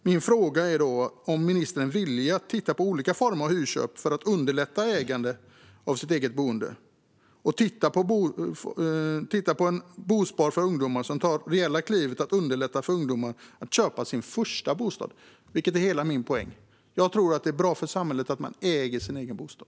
Min fråga är om ministern är villig att titta på olika former av hyrköp för att underlätta för människor att äga sitt boende och att titta på bosparande för ungdomar, vilket skulle underlätta för ungdomar att köpa sin första bostad. Det är hela min poäng. Jag tror att det är bra för samhället att man äger sin egen bostad.